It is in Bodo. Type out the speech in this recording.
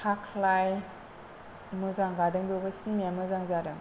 थाख्लाय मोजां गादों बेबो सिनेमा या मोजां जादों